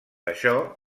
això